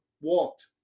walked